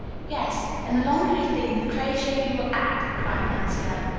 yes, and the longer you think the crazier you will act, cried nancy ellen.